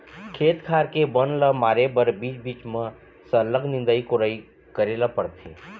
खेत खार के बन ल मारे बर बीच बीच म सरलग निंदई कोड़ई करे ल परथे